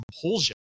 compulsion